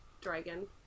dragon